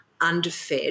underfed